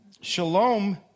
Shalom